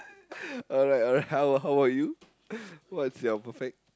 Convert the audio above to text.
alright alright how how about you what's your perfect